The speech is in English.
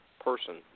person